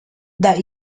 that